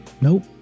Nope